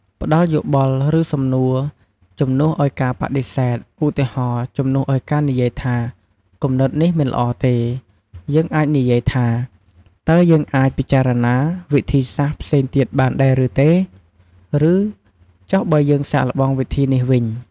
ផ្តល់យោបល់ ឬសំណួរជំនួសឲ្យការបដិសេធ ឧទាហរណ៍ ជំនួសឲ្យការនិយាយថា "គំនិតនេះមិនល្អទេ" យើងអាចនិយាយថា "តើយើងអាចពិចារណាវិធីសាស្រ្តផ្សេងទៀតបានដែរឬទេ?" ឬ "ចុះបើយើងសាកល្បងវិធីនេះវិញ?"។